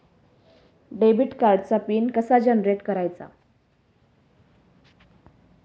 Debit कार्डचा PIN कसा generate करायचा?